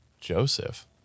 Joseph